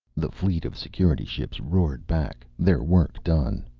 the fleet of security ships roared back, their work done.